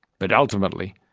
but ultimately,